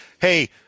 hey